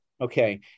Okay